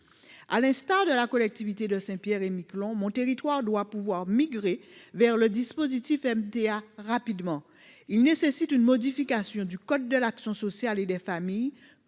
À l'instar de la collectivité de Saint-Pierre-et-Miquelon, mon territoire doit pouvoir rapidement migrer vers le dispositif de MTA. Cela nécessite une modification du code de l'action sociale et des familles,